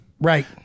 Right